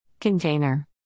Container